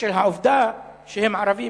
בשל העובדה שהם ערבים,